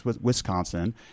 Wisconsin